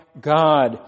God